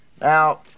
Now